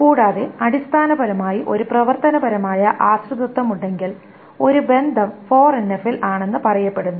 കൂടാതെ അടിസ്ഥാനപരമായി ഒരു പ്രവർത്തനപരമായ ആശ്രിതത്വം ഉണ്ടെങ്കിൽ ഒരു ബന്ധം 4NF ൽ ആണെന്ന് പറയപ്പെടുന്നു